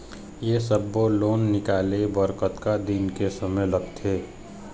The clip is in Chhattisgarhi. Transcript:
ये सब्बो लोन निकाले बर कतका दिन के समय लगथे?